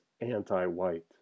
anti-white